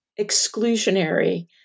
exclusionary